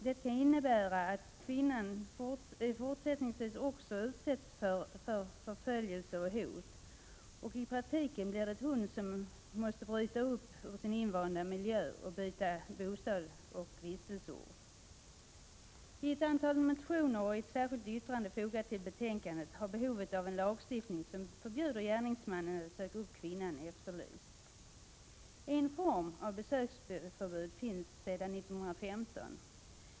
Detta kan innebära att kvinnan också fortsättningsvis utsätts för förföljelse och hot. I praktiken blir det hon som måste bryta upp från sin invanda miljö och byta bostad och vistelseort. I ett flertal motioner och i ett särskilt yttrande, fogat till betänkandet, har en lagstiftning som förbjuder gärningsmannen att söka upp kvinnan efterlysts. En form av besöksförbud finns sedan 1915.